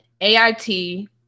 AIT